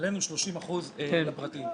30% לפרטיים.